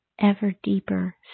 ever-deeper